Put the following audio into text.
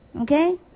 okay